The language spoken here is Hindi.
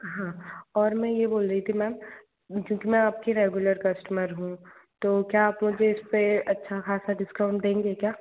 हाँ और मैं ये बोल रही थी मैम क्योंकि मैं आप की रेगुलर कस्टमर हूँ तो क्या आप मुझे इस पर अच्छा ख़ासा डिस्काउंट देंगे क्या